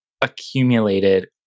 accumulated